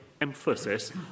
emphasis